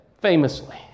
famously